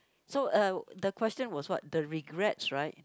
so uh the question was what the regrets right